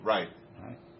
Right